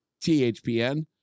THPN